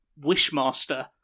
Wishmaster